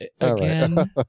Again